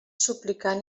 suplicant